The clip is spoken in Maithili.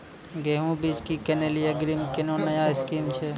गेहूँ बीज की किनैली अग्रिम कोनो नया स्कीम छ?